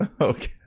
Okay